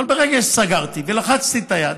אבל ברגע שסגרתי ולחצתי את היד,